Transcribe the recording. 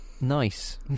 Nice